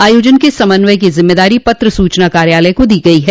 आयोजन के समन्वय की जिम्मेदारी पत्र सूचना कार्यालय को दी गई है